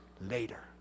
later